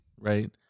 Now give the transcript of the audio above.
right